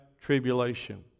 tribulation